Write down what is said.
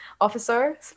officer